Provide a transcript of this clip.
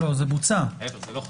לא, ההפך, זה לא חזר.